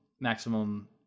maximum